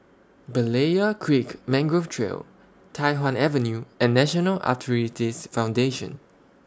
Berlayer Creek Mangrove Trail Tai Hwan Avenue and National Arthritis Foundation